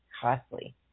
costly